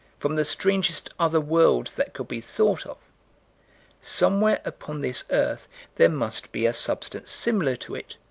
from the strangest other world that could be thought of somewhere upon this earth there must be a substance similar to it,